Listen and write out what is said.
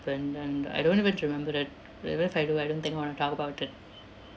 happened and I don't even remember it but even if I do I don't think I want to talk about it